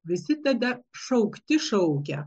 visi tada šaukti šaukia